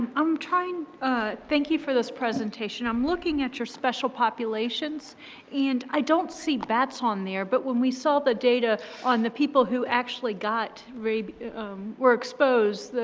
i'm trying thank you for this presentation. i'm looking at your special populations and i don't see bats on there, but when we saw the data on the people who actually got rabies were exposed,